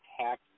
tax